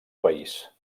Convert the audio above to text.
país